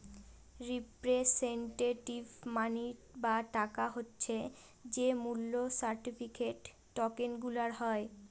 representative money বা টাকা হচ্ছে যে মূল্য সার্টিফিকেট, টকেনগুলার হয়